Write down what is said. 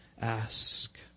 ask